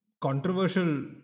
controversial